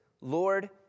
Lord